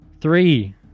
Three